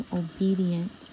obedient